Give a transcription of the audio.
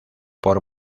por